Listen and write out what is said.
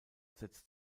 setzt